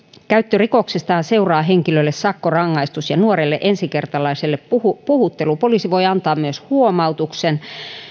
käyttörikoksestahan seuraa henkilölle sakkorangaistus ja nuorelle ensikertalaiselle puhuttelu puhuttelu poliisi voi antaa myös huomautuksen